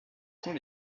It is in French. sont